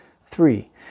Three